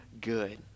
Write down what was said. good